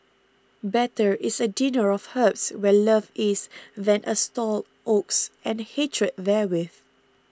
better is a dinner of herbs where love is than a stalled ox and hatred therewith